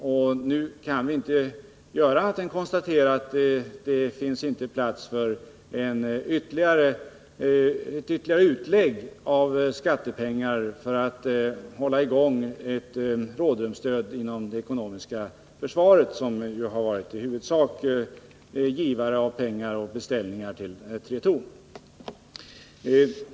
Men nu kan vi inte göra annat än att konstatera att det inte finns plats för ytterligare utlägg av skattepengar för att hålla i gång detta rådrumsstöd inom det ekonomiska försvaret, som varit den huvudsaklige givaren av dessa pengar och beställningar till Tretorn.